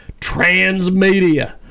transmedia